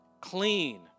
Clean